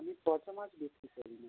আমি পচা মাছ বিক্রি করি না